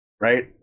Right